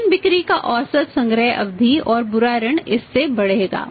लेकिन बिक्री का औसत संग्रह अवधि और बुरा ऋण इस से बढ़ेगा